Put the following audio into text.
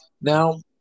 Now